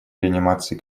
реанимации